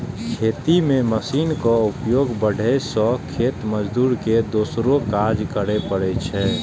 खेती मे मशीनक उपयोग बढ़ै सं खेत मजदूर के दोसरो काज करै पड़ै छै